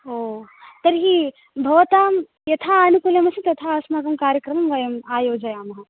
ओ तर्हि भवतां यथा आनुकूल्यमस्ति तथा अस्माकं कार्यक्रमं वयं आयोजयामः